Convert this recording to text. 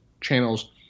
channels